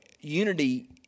unity